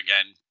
Again